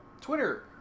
twitter